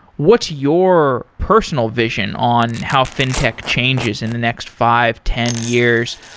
what's your personal vision on how fintech changes in the next five, ten years?